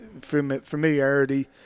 familiarity